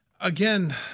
Again